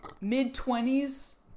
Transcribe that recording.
mid-twenties